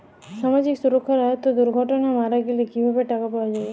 সামাজিক সুরক্ষার আওতায় দুর্ঘটনাতে মারা গেলে কিভাবে টাকা পাওয়া যাবে?